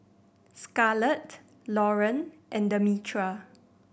Scarlett Loren and Demetra